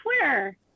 Twitter